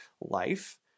life